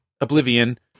Oblivion